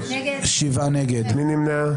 מי נמנע?